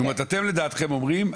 זאת אומרת אתם לדעתכם אומרים,